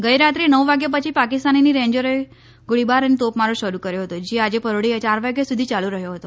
ગઈરાત્રે નવ વાગ્યા પછી પાકિસ્તાની રેન્જરોએ ગોળીબાર અને તોપામારો શરૂ કર્યો હતો જે આજે પરોઢિયે ચાર વાગ્યા સુધી ચાલુ રહ્યો હતો